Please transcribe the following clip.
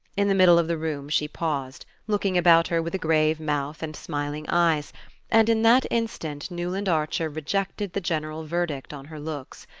in the middle of the room she paused, looking about her with a grave mouth and smiling eyes and in that instant newland archer rejected the general verdict on her looks.